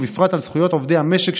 ובפרט על זכויות עובדי המשק,